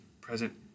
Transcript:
present